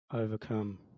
overcome